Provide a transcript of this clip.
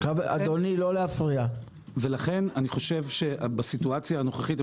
לכן אני חושב שבסיטואציה הנוכחית,